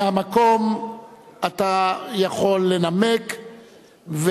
אתה יכול לנמק מהמקום.